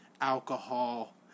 alcohol